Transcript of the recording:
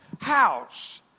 house